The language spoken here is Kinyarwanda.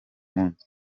munsi